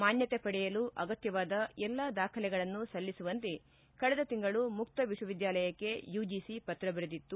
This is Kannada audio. ಮಾನ್ನತೆ ಪಡೆಯಲು ಅಗತ್ಜವಾದ ಎಲ್ಲಾ ದಾಖಲೆಗಳನ್ನು ಸಲ್ಲಿಸುವಂತೆ ಕಳೆದ ತಿಂಗಳು ಮುಕ್ತ ವಿಕ್ವ ವಿದ್ಯಾನಿಲಯಕ್ಕೆ ಯುಜಿಸಿ ಪತ್ರ ಬರೆದಿತ್ತು